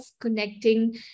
connecting